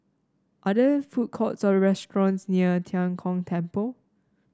are there food courts or restaurants near Tian Kong Temple